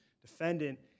defendant